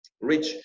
rich